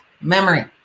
memory